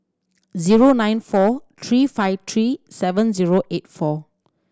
zero nine four three five three seven zero eight four